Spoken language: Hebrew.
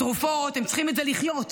לתרופות, הם צריכים את זה לחיות.